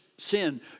Sin